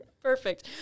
Perfect